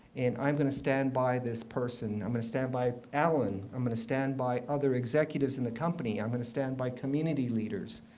and i'm going to stand by this person. i'm going to stand by allen. i'm going to stand by other executives in the company. i'm going to stand by community leaders.